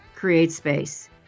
CreateSpace